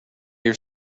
your